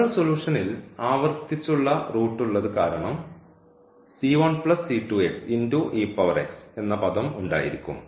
general സൊല്യൂഷൻൽ ആവർത്തിച്ചുള്ള root ഉള്ളത് കാരണം എന്ന പദം ഉണ്ടായിരിക്കും